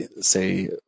say